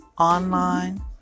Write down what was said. online